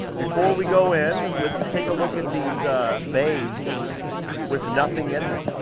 before we go in, let's take a look at these bays with nothing in them.